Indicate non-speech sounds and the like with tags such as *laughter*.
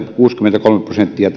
kuusikymmentäkolme prosenttia *unintelligible*